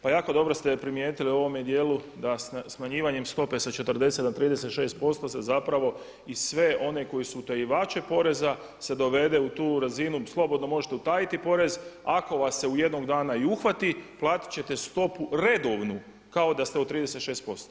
Pa jako dobro ste primijetili u ovome dijelu da smanjivanjem stope sa 40 na 36% se zapravo i sve one koji su, utajivače poreza se dovede u tu razinu, slobodno možete utajiti porez, ako vas se jednog dana i uhvati platiti ćete stopu redovnu kao da ste od 36%